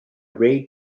ray